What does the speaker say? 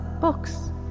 Books